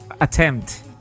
attempt